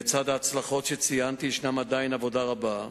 לצד ההצלחות שציינתי עדיין יש עבודה רבה.